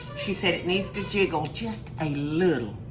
she said it needs to jiggle just a little,